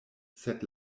sed